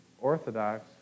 orthodox